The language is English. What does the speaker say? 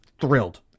thrilled